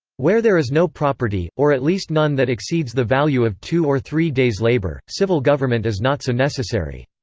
where there is no property, or at least none that exceeds the value of two or three days' labour, civil government is not so necessary.